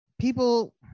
people